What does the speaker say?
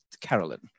Carolyn